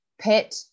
pet